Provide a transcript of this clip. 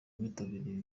bitabiriye